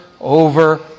over